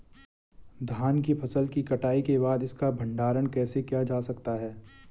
धान की फसल की कटाई के बाद इसका भंडारण कैसे किया जा सकता है?